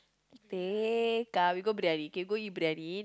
Tekka we go briyani we can go eat briyani